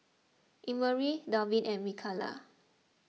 Emery Dalvin and Mikaila